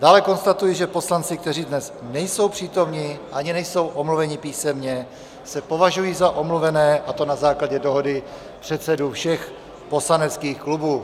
Dále konstatuji, že poslanci, kteří dnes nejsou přítomni ani nejsou omluveni písemně, se považují za omluvené, a to na základě dohody předsedů všech poslaneckých klubů.